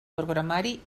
programari